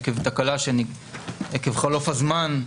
עקב חלוף הזמן,